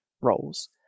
roles